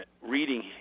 reading